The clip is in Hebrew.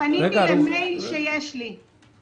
למייל שיש לי.